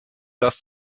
das